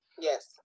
Yes